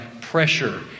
pressure